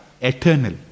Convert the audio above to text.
eternal